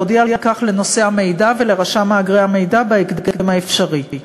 להודיע על כך לנושא המידע ולרשם מאגרי המידע בהקדם האפשרי.